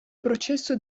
processo